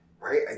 Right